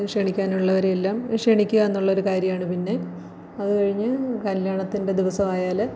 ക്ഷണിക്കാനുള്ളവരെയെല്ലാം ക്ഷണിക്കുകയെന്നുളെളാരുകാര്യമാണ് പിന്നെ അതുകഴിഞ്ഞ് കല്യാണത്തിൻ്റെ ദിവസമായാൽ